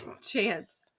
chance